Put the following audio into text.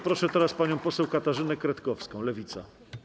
Proszę teraz panią poseł Katarzynę Kretkowską, Lewica.